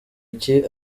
iki